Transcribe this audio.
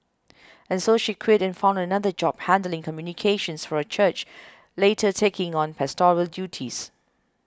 and so she quit and found another job handling communications for a church later taking on pastoral duties